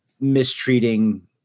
mistreating